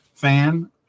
fan